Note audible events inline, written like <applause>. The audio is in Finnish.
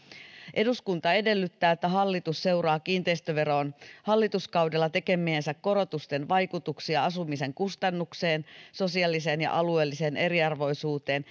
eduskunta edellyttää että hallitus seuraa kiinteistöveroon hallituskaudella tekemiensä korotusten vaikutuksia asumisen kustannuksiin sosiaaliseen ja alueelliseen eriarvoisuuteen <unintelligible>